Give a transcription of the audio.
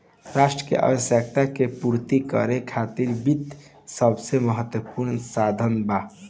राष्ट्र के आवश्यकता के पूर्ति करे खातिर वित्त सबसे महत्वपूर्ण साधन बा